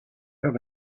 have